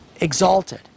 exalted